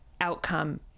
outcome